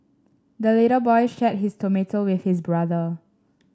the little boy shared his tomato with his brother